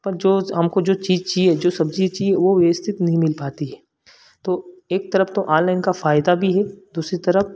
पर जो हमको जो चीज़ चाहिए जो सब्ज़ी चाहिए वह व्यवस्थित नहीं मिल पाती है तो एक तरफ तो ऑनलाइन का फायदा भी है दूसरी तरफ